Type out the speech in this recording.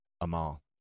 Amal